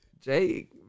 Jake